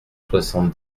soixante